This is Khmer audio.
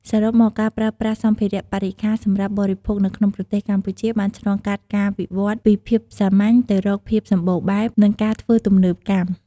សរុបមក ការប្រើប្រាស់សម្ភារៈបរិក្ខារសម្រាប់បរិភោគនៅក្នុងប្រទេសកម្ពុជាបានឆ្លងកាត់ការវិវត្តន៍ពីភាពសាមញ្ញទៅរកភាពសម្បូរបែប និងការធ្វើទំនើបកម្ម។